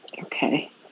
Okay